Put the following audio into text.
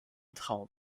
traum